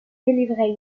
délivrer